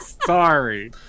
sorry